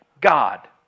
God